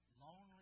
lonely